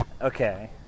okay